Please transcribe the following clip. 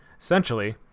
Essentially